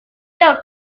top